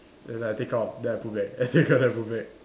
then I take out then I put back I take out then put back